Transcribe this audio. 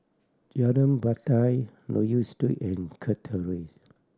Jalan Batai Loke Yew Street and Kirk Terrace